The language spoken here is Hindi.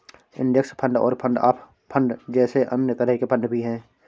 इंडेक्स फंड और फंड ऑफ फंड जैसे अन्य तरह के फण्ड भी हैं